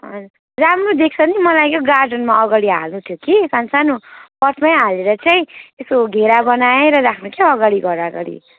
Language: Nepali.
राम्रो देख्छ नि मलाई यो गार्डनमा अगाडि हाल्नु थियो कि सान्सानो पटमा हालेर चाहिँ यसो घेरा बनाएर राख्नु के हो अगाडि घर अगाडि